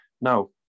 Now